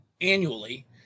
annually